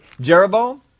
Jeroboam